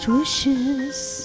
Wishes